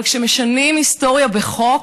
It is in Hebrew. אבל כשמשנים היסטוריה בחוק,